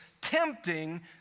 tempting